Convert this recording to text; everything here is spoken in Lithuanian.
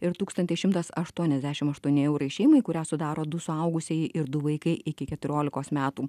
ir tūkstantis šimtas aštuoniasdešim aštuoni eurai šeimai kurią sudaro du suaugusieji ir du vaikai iki keturiolikos metų